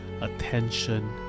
attention